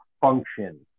function